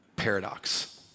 paradox